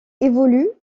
évolue